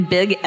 Big